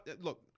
Look